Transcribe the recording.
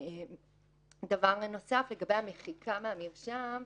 דבר נוסף הוא לגבי המחיקה מהמרשם.